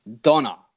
Donna